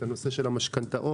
הנושא של המשכנתאות,